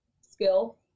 skill